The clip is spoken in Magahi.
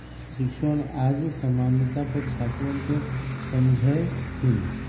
शिक्षकवन आज साम्यता पर छात्रवन के समझय थिन